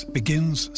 begins